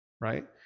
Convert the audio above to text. right